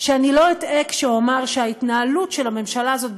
שאני לא אטעה כשאומר שההתנהלות של הממשלה הזאת,